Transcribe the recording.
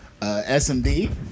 SMD